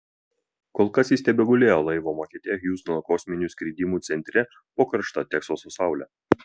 kol kas jis tebegulėjo laivo makete hjustono kosminių skridimų centre po karšta teksaso saule